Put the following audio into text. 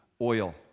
oil